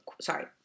sorry